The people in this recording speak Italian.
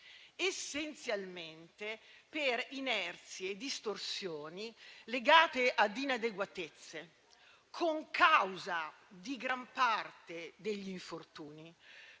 essenzialmente per inerzie e distorsioni legate ad inadeguatezze, concausa di gran parte degli infortuni,